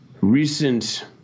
recent